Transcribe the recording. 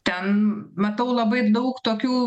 ten matau labai daug tokių